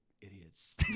idiots